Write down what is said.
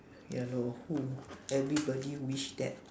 ya lor who everybody wish that